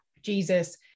Jesus